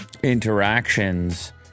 interactions